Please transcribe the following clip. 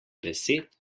besed